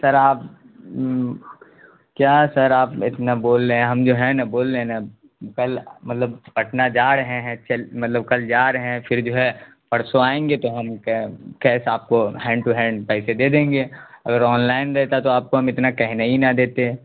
سر آپ کیا سر آپ اتنا بول رہے ہیں ہم جو ہے نا بول رہے ہیں نا کل مطلب پٹنہ جا رہے ہیں چل مطلب کل جا رہے ہیں پھر جو ہے پرسوں آئیں گے تو ہم کیش آپ کو ہیںڈ ٹو ہینڈ پیسے دے دیں گے اگر آن لائن دیتا تو آپ کو ہم اتنا کہنے ہی نا دیتے